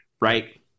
Right